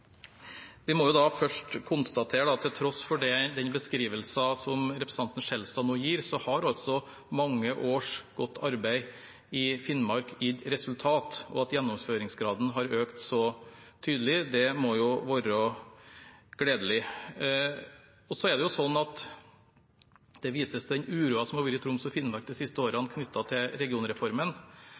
til tross for den beskrivelsen som representanten Skjelstad nå gir, har mange års godt arbeid i Finnmark gitt resultater. At gjennomføringsgraden har økt så tydelig, må være gledelig. Så vises det til den uroen som har vært i Troms og Finnmark de siste årene knyttet til regionreformen.